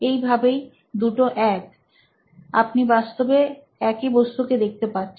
এইভাবেই দুটো এক আপনি বাস্তবে একই বস্তুকে দেখতে পাচ্ছেন